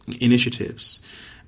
initiatives